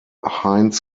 heinz